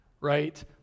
right